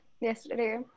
yesterday